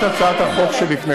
השר כץ, תדבר על כביש 1